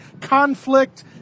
conflict